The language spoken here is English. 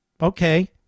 Okay